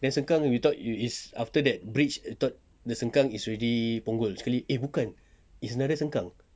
that sengkang we thought you is after that bridge thought the sengkang is already punggol sekali eh bukan it's another sengkang